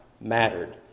mattered